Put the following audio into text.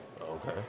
Okay